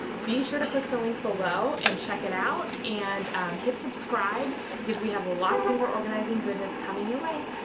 be sure to click the link below and check it out. and hit subscribe because we have lots more organizing goodness coming your way.